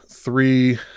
Three